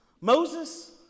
Moses